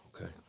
Okay